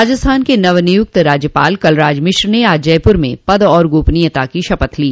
राजस्थान के नवनियुक्त राज्यपाल कलराज मिश्र ने आज जयपुर में पद और गोपनीयता की शपथ ली